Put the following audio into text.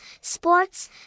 sports